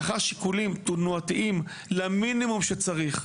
לאחר שיקולים תנועתיים למינימום שצריך,